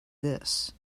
this